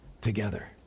together